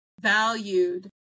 valued